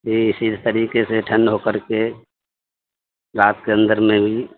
جی اسی طریقے سے ٹھنڈ ہو کر کے رات کے اندر میں بھی